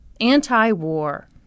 anti-war